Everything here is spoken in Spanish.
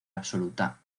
absoluta